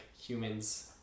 humans